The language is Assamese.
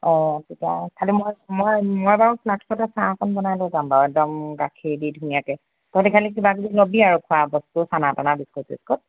অঁ খালি মই মই মই বাৰু ফ্লাস্কতে চাহ অকণ বনাই লৈ যাম বাৰু একদম গাখীৰ দি ধুনীয়াকৈ তহঁতে খালি কিবা কিবি ল'বি আৰু খোৱাবস্তু চানা তানা বিস্কুট চিস্কুট